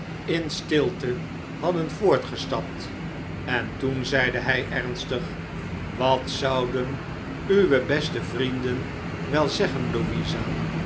in stilte hadden voortgestapt en toen zeide hij ernstig wat zouden uwe beste vrienden wel zeggen louisa